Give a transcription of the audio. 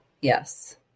yes